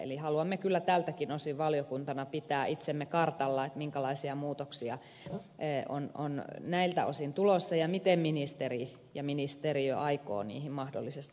eli haluamme kyllä tältäkin osin valiokuntana pitää itsemme kartalla siitä minkälaisia muutoksia on näiltä osin tulossa ja miten ministeri ja ministeriö aikovat niihin mahdollisesti sitten reagoida